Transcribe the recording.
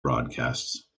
broadcasts